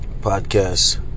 podcast